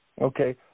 Okay